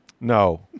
No